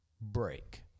break